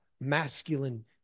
masculine